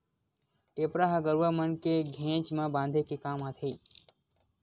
टेपरा ह गरुवा मन के घेंच म बांधे के काम आथे